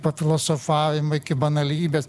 pafilosofavimai iki banalybės